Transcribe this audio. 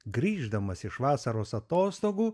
grįždamas iš vasaros atostogų